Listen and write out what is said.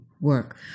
work